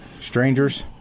strangers